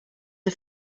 are